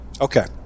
Okay